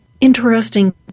interesting